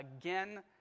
again